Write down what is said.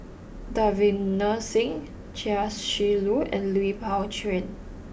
Davinder Singh Chia Shi Lu and Lui Pao Chuen